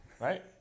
right